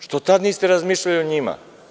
Što tada niste razmišljali o njima?